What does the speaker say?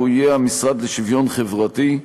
והוא יהיה: המשרד לשוויון חברתי.